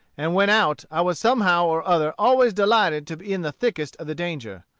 and when out, i was somehow or other always delighted to be in the thickest of the danger.